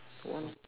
one